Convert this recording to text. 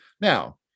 Now